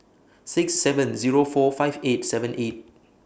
six seven Zero four five eight seven eight